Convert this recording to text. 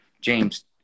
James